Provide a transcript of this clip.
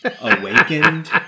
Awakened